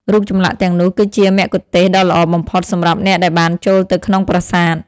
រូបចម្លាក់ទាំងនោះគឺជាមគ្គុទ្ទេសក៍ដ៏ល្អបំផុតសម្រាប់អ្នកដែលបានចូលទៅក្នុងប្រាសាទ។